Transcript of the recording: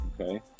okay